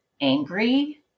angry